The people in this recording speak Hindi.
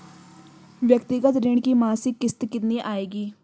व्यक्तिगत ऋण की मासिक किश्त कितनी आएगी?